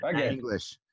English